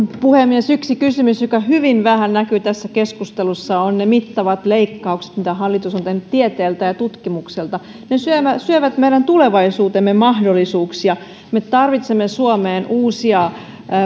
puhemies yksi kysymys joka hyvin vähän näkyy tässä keskustelussa on ne mittavat leikkaukset mitä hallitus on tehnyt tieteeltä ja tutkimukselta ne syövät syövät meidän tulevaisuutemme mahdollisuuksia me tarvitsemme suomeen uusia